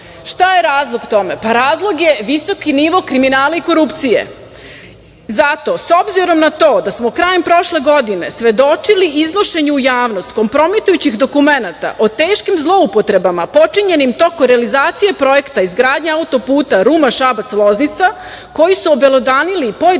je razlog tome? Pa, razlog je visoki nivo kriminala i korupcije, zato s obzirom na to da smo krajem prošle godine svedočili iznošenju u javnost kompromitujućih dokumenata o teškim zloupotrebama počinjenim tokom realizacije projekta izgradnja auto-puta Ruma-Šabac-Loznica koji su obelodanili pojedini